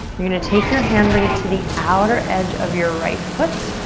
you're gonna take your hand bring it to the outer edge of your right foot.